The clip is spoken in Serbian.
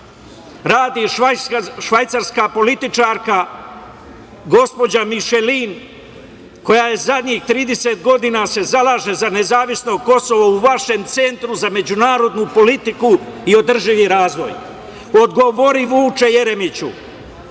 radi švajcarska političarka gospođa Mišelin koja zadnjih 30 godina se zalaže za nezavisno Kosovo u vašem Centru za međunarodnu politiku i održivi razvoj? Odgovori Vuče Jeremiću. Poštovani